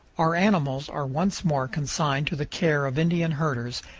our animals are once more consigned to the care of indian herders,